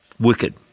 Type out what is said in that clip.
Wicked